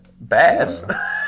bad